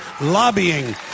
lobbying